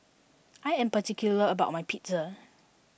I am particular about my Pizza